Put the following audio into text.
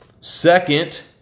Second